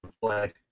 play